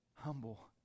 humble